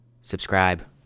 subscribe